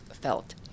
felt